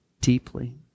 deeply